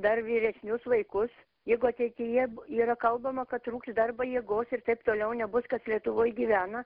dar vyresnius vaikus jeigu ateityje yra kalbama kad trūksta darbo jėgos ir taip toliau nebus kas lietuvoj gyvena